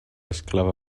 esclava